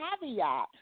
caveat